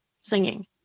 singing